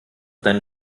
deinen